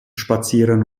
spazieren